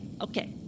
okay